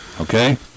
okay